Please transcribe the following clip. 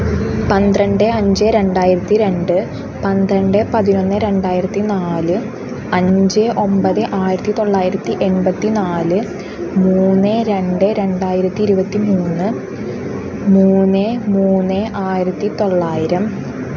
പന്ത്രണ്ട് അഞ്ച് രണ്ടായിരത്തി രണ്ട് പന്ത്രണ്ട് പതിനൊന്ന് രണ്ടായിരത്തി നാല് അഞ്ച് ഒൻപത് ആയിരത്തി തൊള്ളായിരത്തി എൺപത്തി നാല് മുന്ന് രണ്ട് രണ്ടായിരത്തി ഇരുപത്തി മൂന്ന് മുന്ന് മൂന്ന് ആയിരത്തി തൊള്ളായിരം